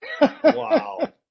Wow